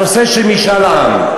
תזכיר לנו, הנושא של משאל עם.